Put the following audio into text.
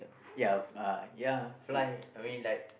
ya uh ya fly I mean like